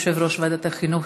יושב-ראש ועדת החינוך.